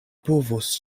povos